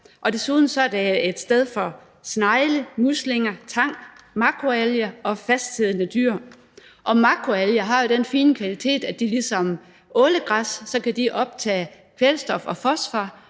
og desuden er det et sted for snegle, muslinger, tang, makroalger og fastsiddende dyr – og makroalger har jo den fine kvalitet, at de ligesom ålegræs kan optage kvælstof og fosfor